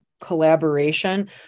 collaboration